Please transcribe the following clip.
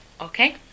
Okay